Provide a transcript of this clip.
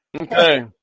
Okay